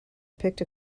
picked